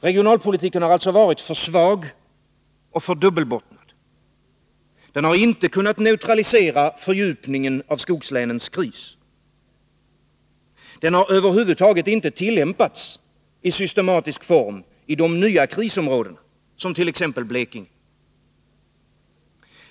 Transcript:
Regionalpolitiken har alltså varit för svag och dubbelbottnad. Den har inte kunnat neutralisera fördjupningen av skogslänens kris. Den har över huvud taget inte tillämpats i systematisk form i de nya krisområdena som t.ex. Blekinge.